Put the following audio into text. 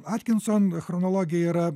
atkinson chronologija yra